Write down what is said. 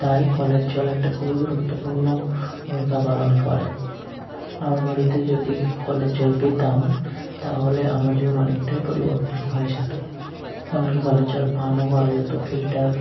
তাই কলের জল একটা খুবই গুরুত্বপূর্ণ ভূমিকা পালন করে আমার বাড়িতে যদি কলের জল পেতাম তাহলে আমার জীবন অনেকটাই পরিবর্তন হয়ে যেতো এমন কি কলের জল পানও করা যেতো ফিল্টার